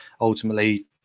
ultimately